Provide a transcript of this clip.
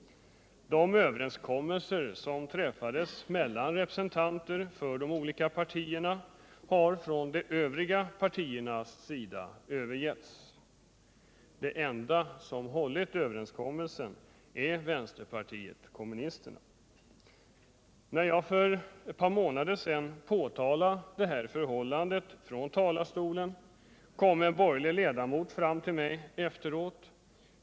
Den överenskommelse som träffades mellan representanter för de olika partierna har från de övriga partiernas sida övergivits. Det enda parti som hållit överenskommelsen är vänsterpartiet kommunisterna. När jag för ett par månader sedan påtalade detta förhållande från talarstolen, kom en borgerlig ledamot fram till mig efteråt.